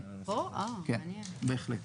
כן, בהחלט.